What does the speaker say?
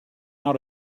how